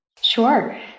Sure